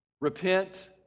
repent